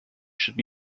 should